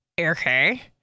okay